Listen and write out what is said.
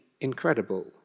incredible